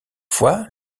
fois